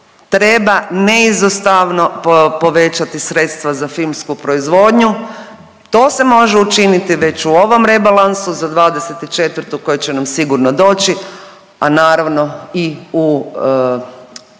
Treba neizostavno povećati sredstva za filmsku proizvodnju. To se može učiniti već u ovom rebalansu za 2024. koji će nam sigurno doći, a naravno i u